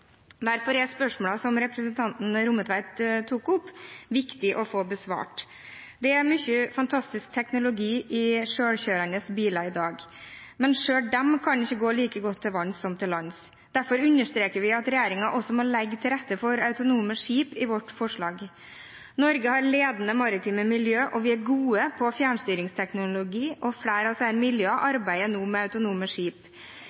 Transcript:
Derfor er spørsmålene som representanten Rommetveit tok opp, viktig å få besvart. Det er mye fantastisk teknologi i selvkjørende biler i dag. Men ikke engang de kan ikke gå like godt til vanns som til lands. Derfor understreker vi i vårt forslag at regjeringen også må legge til rette for autonome skip. Norge har ledende maritime miljø, vi er gode på fjernstyringsteknologi og flere av disse miljøene arbeider nå med autonome skip.